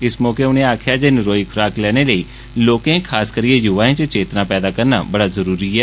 इस मौके उनें आक्खेआ जे नरोई खुराक लैने लेई लोकें खास करियै युवाए च चेतना पैदा करना बड़ा जरुरी ऐ